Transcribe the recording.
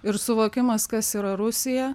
ir suvokimas kas yra rusija